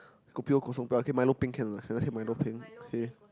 kopi O kosong but okay milo peng can or not can I say milo peng okay